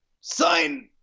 sign